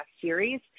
series